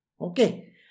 Okay